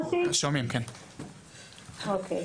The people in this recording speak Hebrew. אוקיי.